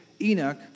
Enoch